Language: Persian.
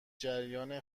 جریان